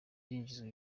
yinjizwa